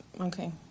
Okay